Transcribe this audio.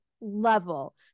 level